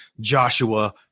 Joshua